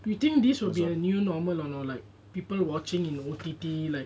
we think this will be a new normal or not like people watching in O T T like